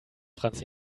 franz